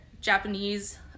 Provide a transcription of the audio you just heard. Japanese